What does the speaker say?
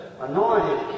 anointed